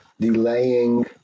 delaying